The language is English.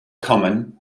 common